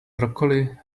broccoli